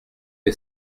les